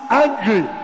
angry